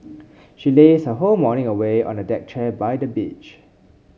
she lazed her whole morning away on a deck chair by the beach